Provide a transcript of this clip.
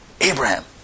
Abraham